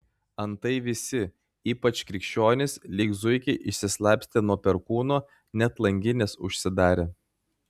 antai visi ypač krikščionys lyg zuikiai išsislapstė nuo perkūno net langines užsidarė